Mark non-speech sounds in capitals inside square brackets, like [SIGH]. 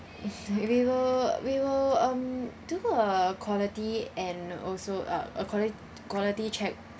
[LAUGHS] and we'll we will um do a quality and also a a quali~ quality check